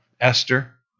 Esther